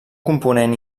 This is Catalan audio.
component